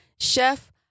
Chef